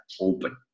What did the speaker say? open